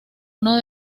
uno